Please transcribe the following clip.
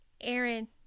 Aaron